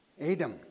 Adam